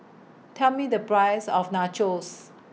Tell Me The Price of Nachos